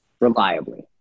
reliably